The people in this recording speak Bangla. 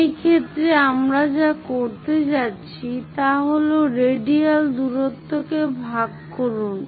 সেই ক্ষেত্রে আমরা যা করতে যাচ্ছি তা হল রেডিয়াল দূরত্বকে ভাগ করুন